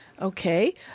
Okay